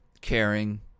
Caring